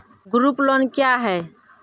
Group loan क्या है?